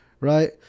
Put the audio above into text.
right